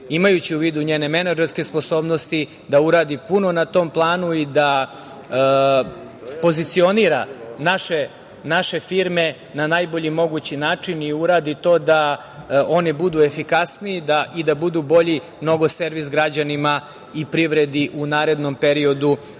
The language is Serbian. imajući u vidu njene menadžerske sposobnosti, da uradi puno na tom planu i da pozicionira naše firme na najbolji mogući način i uradi to da oni budu efikasniji i da budu mnogo bolji servis građanima i privredi u narednom periodu